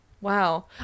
Wow